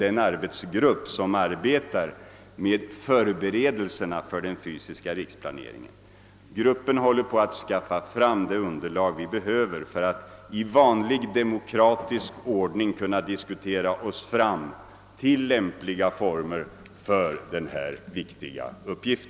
Den arbetsgrupp som arbetar med förberedelserna för den fysiska riksplaneringen håller på att skaffa fram det underlag vi behöver för att i vanlig demokratisk ordning kunna diskutera oss fram till lämpliga former för denna viktiga uppgift.